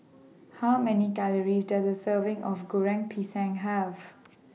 How Many Calories Does A Serving of Goreng Pisang Have